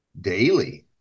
daily